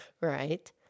Right